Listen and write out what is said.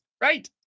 right